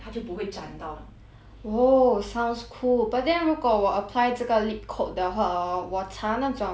!wow! sounds cool but then 如果我 apply 这个 lip coat 的话 orh 我搽那种 like shiny shiny 的 lipstick orh